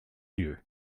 you